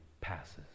passes